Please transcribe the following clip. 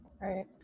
Right